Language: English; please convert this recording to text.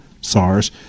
SARS